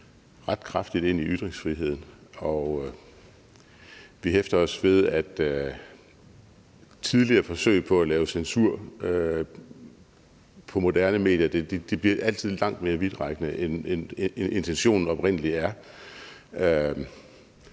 ret kraftigt ind i ytringsfriheden. Vi hæfter os i forbindelse med tidligere forsøg på at lave censur af moderne medier ved, at det altid bliver langt mere vidtrækkende, end intentionen oprindelig er,